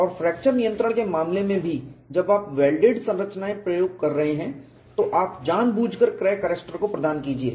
और फ्रैक्चर नियंत्रण के मामले में भी जब आप वेल्डेड संरचनाएं प्रयोग कर रहे हैं तो आप जानबूझकर क्रैक अरेस्टर को प्रदान कीजिए